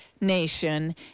nation